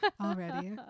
already